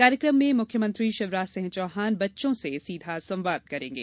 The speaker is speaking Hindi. कार्यक्रम में मुख्यमंत्री शिवराज सिंह चौहान बच्चों से सीधा संवाद करेंगे